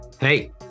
hey